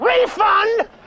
Refund